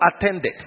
attended